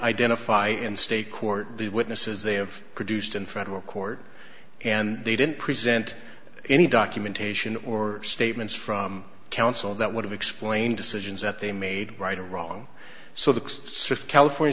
identify in state court the witnesses they have produced in federal court and they didn't present any documentation or statements from counsel that would have explained decisions that they made right or wrong